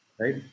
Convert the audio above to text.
right